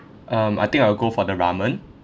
um I think I will go for the ramen